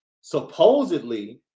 Supposedly